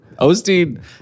Osteen